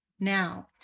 now,